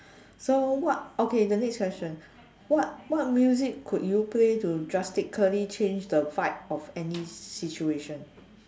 so what okay the next question what what music could you play to drastically change the vibe of any situation